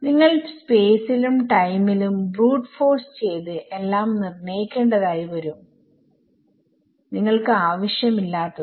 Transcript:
നിങ്ങൾ സ്പേസ് ലും ടൈമിലും ബ്രൂട്ട് ഫോഴ്സ് ചെയ്ത് എല്ലാം നിർണ്ണയിക്കേണ്ടതായി വരും നിങ്ങൾക്ക് ആവശ്യമില്ലാത്തതും